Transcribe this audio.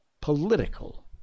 political